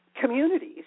communities